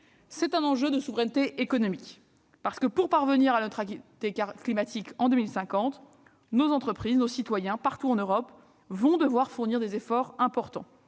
C'est un enjeu de souveraineté économique. En effet, pour parvenir à la neutralité climatique en 2050, nos entreprises et nos citoyens, partout en Europe, vont devoir fournir des efforts importants,